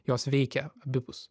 jos veikia abipus